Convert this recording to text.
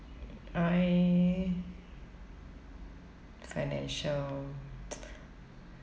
I financial